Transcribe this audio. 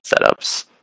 setups